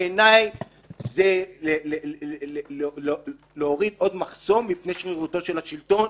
בעיניי זה להוריד עוד מחסום מפני שרירותו של השלטון.